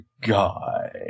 Guy